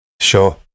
Sure